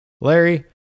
Larry